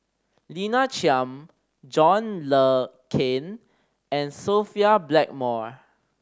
Lina Chiam John Le Cain and Sophia Blackmore